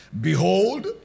Behold